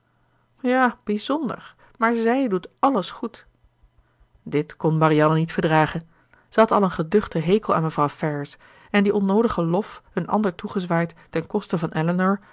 ja bijzonder maar zij doet àlles goed dit kon marianne niet verdragen zij had al een geduchten hekel aan mevrouw ferrars en die onnoodige lof een ander toegezwaaid ten koste van elinor